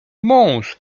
mąż